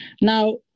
Now